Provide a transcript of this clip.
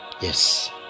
Yes